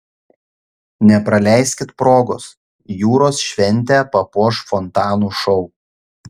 nepraleiskit progos jūros šventę papuoš fontanų šou